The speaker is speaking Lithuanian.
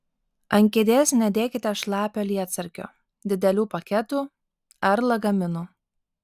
ant kėdės nedėkite šlapio lietsargio didelių paketų ar lagaminų